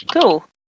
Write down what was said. Cool